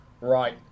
Right